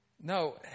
No